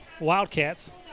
Wildcats